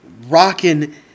rocking